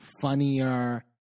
funnier